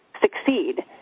succeed